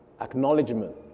acknowledgement